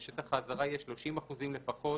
ושטח האזהרה יהיה 30 אחוזים לפחות